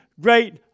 great